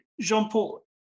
Jean-Paul